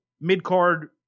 mid-card